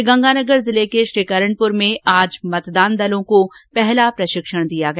श्रीगंगरानगर जिले के श्रीकरणपुर में आज मतदान दलों को पहला प्रशिक्षण दिया गया